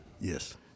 Yes